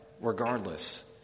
regardless